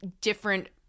different